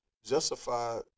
justify